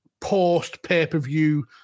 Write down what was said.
post-pay-per-view